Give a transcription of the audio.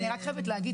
אני רק חייבת להגיד,